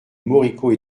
moricaud